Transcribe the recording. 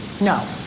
No